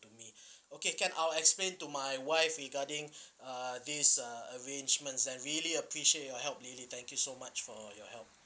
to me okay can I'll explain to my wife regarding uh this uh arrangements I really appreciate your help lily thank you so much for your help